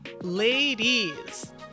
Ladies